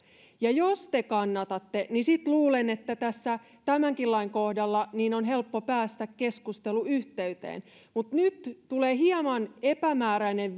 jos te kannatatte niin sitten luulen että tässä tämänkin lain kohdalla on helppo päästä keskusteluyhteyteen mutta nyt tulee hieman epämääräinen